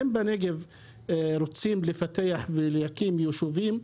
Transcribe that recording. ואומר שאם בנגב רוצים לפתח ולהקים יישובים,